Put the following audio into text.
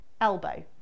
elbow